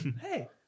hey